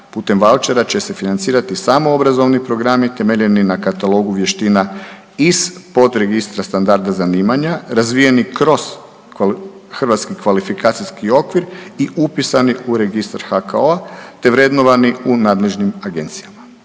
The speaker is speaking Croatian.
putem vaučera će se financirati samo obrazovni programi temeljni na katalogu vještina iz podregistra standarda zanimanja razvijeni kroz HKO i upisani u registar HKO-a te vrednovani u nadležnim agencijama.